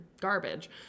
garbage